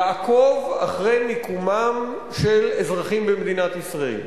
לעקוב אחר מיקומם של אזרחים במדינת ישראל.